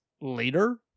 later